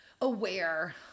aware